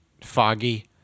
foggy